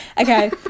Okay